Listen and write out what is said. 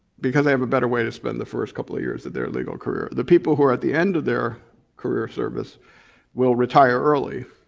because they have a better way to spend the first couple of years of their legal career. the people who are at the end of their career service will retire early